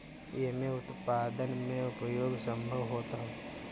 एमे उत्पादन में उपयोग संभव होत हअ